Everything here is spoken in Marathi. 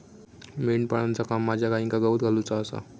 मेंढपाळाचा काम माझ्या गाईंका गवत घालुचा आसा